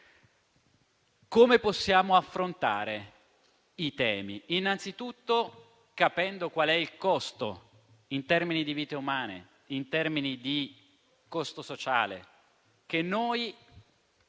Come possiamo affrontare i temi? Innanzitutto capendo qual è il costo in termini di vite umane e il costo sociale che dobbiamo